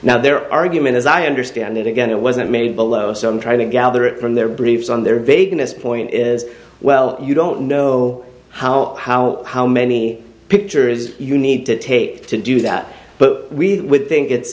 now their argument as i understand it again it wasn't made below so i'm trying to gather it from their briefs on their vagueness point as well you don't know how how how many picture is you need to take to do that but we think it's